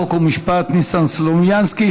חוק ומשפט ניסן סלומינסקי.